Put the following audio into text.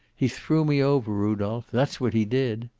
he threw me over, rudolph. that's what he did.